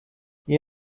you